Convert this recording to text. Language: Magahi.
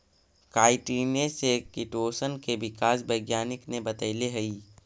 काईटिने से किटोशन के विकास वैज्ञानिक ने बतैले हई